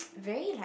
very like